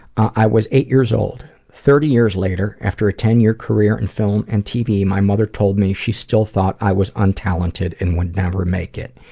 i was eight years old. thirty years later, after a ten year career in film and tv, my mother told me she still thought i was untalented and would never make it.